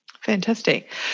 Fantastic